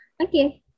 okay